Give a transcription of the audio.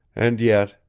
and yet,